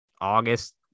August